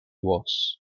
was